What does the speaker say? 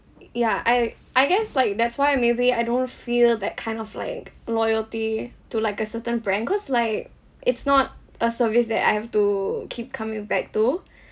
uh ya I I guess like that's why maybe I don't feel that kind of like loyalty to like a certain brand cause like it's not a service that I have to keep coming back to